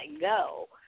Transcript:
go